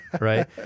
right